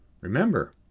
Remember